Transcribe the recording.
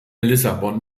lissabon